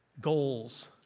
goals